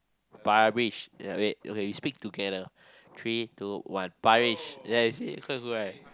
Parish yeah wait okay you speak together three two one Parish there you see is quite good right